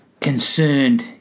concerned